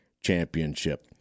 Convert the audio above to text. championship